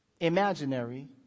imaginary